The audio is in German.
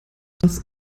was